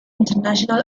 international